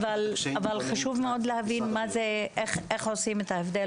אבל מאוד חשוב להבין איך עושים את ההבדל